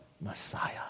Messiah